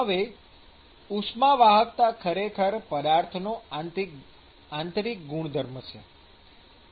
હવે ઉષ્મા વાહકતા ખરેખર પદાર્થનો આંતરિક ગુણધર્મ છે